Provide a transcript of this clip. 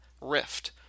Rift